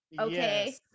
okay